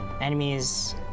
enemies